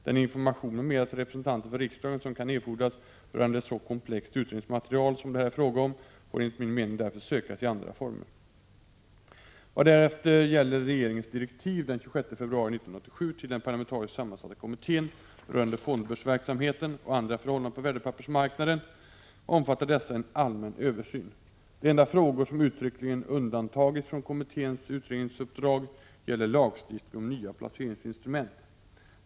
Den information m.m. till representanter för riksdagen som kan erfordras rörande ett så komplext utredningsmaterial som det här är fråga om får enligt min mening därför sökas i andra former. och andra förhållanden på värdepappersmarknaden omfattar — Prot. 1986/87:130 dessa en allmän översyn. De enda frågor som uttryckligen undantagits från 25 maj 1987 kommitténs utredningsuppdrag gäller lagstiftning om nya placeringsinstrument.